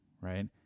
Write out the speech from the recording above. right